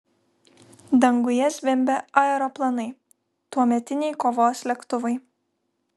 danguje zvimbė aeroplanai tuometiniai kovos lėktuvai